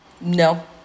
No